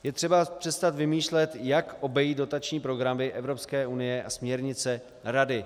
Je třeba přestat vymýšlet, jak obejít dotační programy Evropské unie a směrnice Rady.